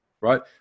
right